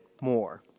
more